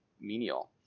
menial